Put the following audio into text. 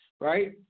right